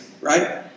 right